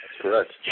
correct